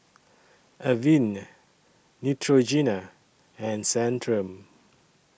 Avene Neutrogena and Centrum